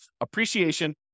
appreciation